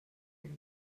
and